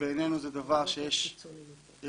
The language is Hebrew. בעינינו זה דבר שיש מקום